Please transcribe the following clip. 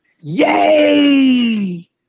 Yay